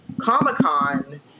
Comic-Con